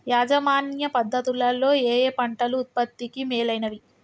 యాజమాన్య పద్ధతు లలో ఏయే పంటలు ఉత్పత్తికి మేలైనవి?